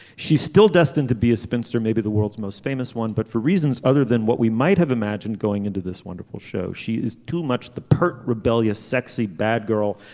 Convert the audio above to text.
she's still destined to be a spinster maybe the world's most famous one. but for reasons other than what we might have imagined going into this wonderful show she is too much the pert rebellious sexy bad girl.